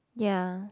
ya